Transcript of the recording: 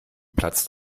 platzt